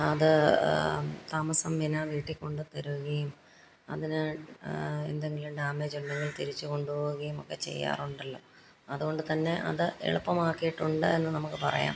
അത് ആമസോൺ പിന്നെ വീട്ടില് കൊണ്ടുത്തരുകയും അതിനു എന്തെങ്കിലും ഡാമേജ് ഉണ്ടെങ്കിൽ തിരിച്ചു കൊണ്ടുപോകുകയും ഒക്കെ ചെയ്യാറുണ്ടല്ലോ അതുകൊണ്ട് തന്നെ അത് എളുപ്പമാക്കിട്ടുണ്ട് എന്ന് നമുക്ക് പറയാം